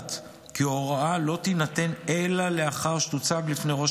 הוחלט כי ההוראה לא תינתן אלא לאחר שתוצג בפני ראש